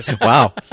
Wow